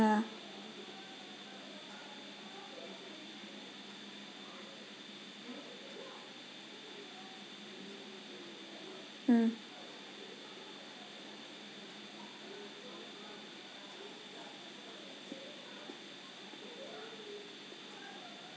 mm